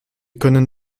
können